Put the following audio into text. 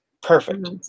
perfect